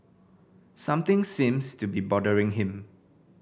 something seems to be bothering him